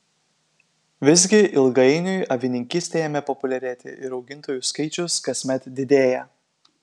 visgi ilgainiui avininkystė ėmė populiarėti ir augintojų skaičius kasmet didėja